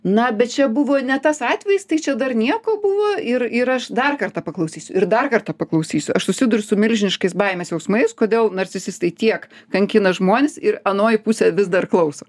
na bet čia buvo ne tas atvejis tai čia dar nieko buvo ir ir aš dar kartą paklausysiu ir dar kartą paklausysiu aš susiduriu su milžiniškais baimės jausmais kodėl narcisistai tiek kankina žmones ir anoji pusė vis dar klauso